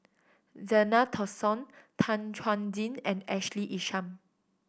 Zena Tessensohn Tan Chuan Jin and Ashley Isham